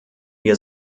wir